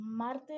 Martes